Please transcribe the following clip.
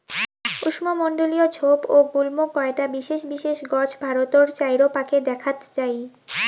উষ্ণমণ্ডলীয় ঝোপ ও গুল্ম কয়টা বিশেষ বিশেষ গছ ভারতর চাইরোপাকে দ্যাখ্যাত যাই